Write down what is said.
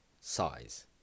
size